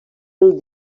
del